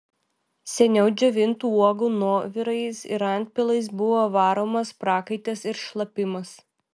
seniau džiovintų uogų nuovirais ir antpilais buvo varomas prakaitas ir šlapimas